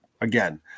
again